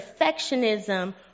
perfectionism